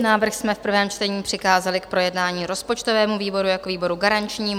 Návrh jsme v prvém čtení přikázali k projednání rozpočtovému výboru jako výboru garančnímu.